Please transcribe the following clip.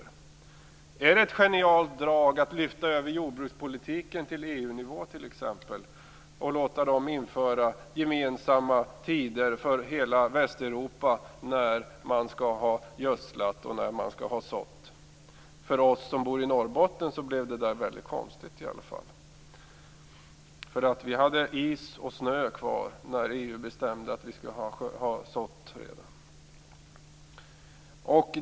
Är det t.ex. ett genialt drag att lyfta över jordbrukspolitiken till EU-nivå och låta EU införa gemensamma tider för hela Västeuropa för när man skall ha gödslat och sått? För oss som bor i Norrbotten blev detta väldigt konstigt. Vi hade is och snö kvar när EU hade bestämt att vi redan skulle ha sått.